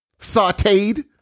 sauteed